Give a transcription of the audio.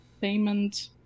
payment